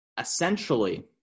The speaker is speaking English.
essentially